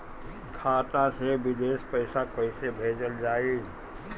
खाता से विदेश पैसा कैसे भेजल जाई?